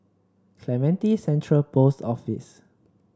Clementi Central Post Office